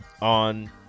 on